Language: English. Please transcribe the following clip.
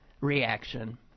reaction